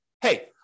hey